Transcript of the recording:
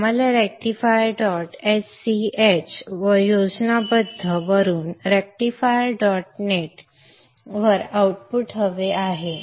आम्हाला rectifier dot s c h योजनाबद्ध वरून रेक्टिफायर डॉट नेट वर आउटपुट हवे आहे